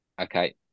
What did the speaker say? Okay